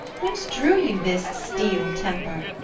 whence drew you this steel temper?